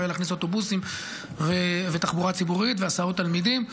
להכניס אוטובוסים ותחבורה ציבורית והסעות לתלמידים.